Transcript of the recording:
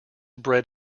bread